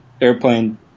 airplane